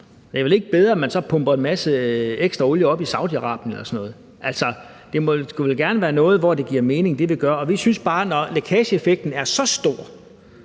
det er vel ikke bedre, at man så pumper en masse ekstra olie op i Saudi-Arabien eller sådan noget. Altså, det skulle jo gerne være noget, hvor det, vi gør, giver mening. Og vi synes bare, at når lækageeffekten er så stor,